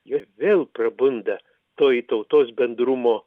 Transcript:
jie vėl prabunda toji tautos bendrumo